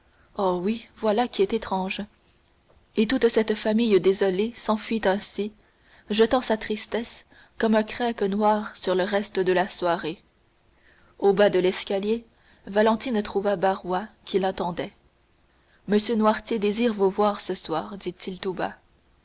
oh oui voilà qui est étrange et toute cette famille désolée s'enfuit ainsi jetant sa tristesse comme un crêpe noir sur le reste de la soirée au bas de l'escalier valentine trouva barrois qui l'attendait m noirtier désire vous voir ce soir dit-il tout bas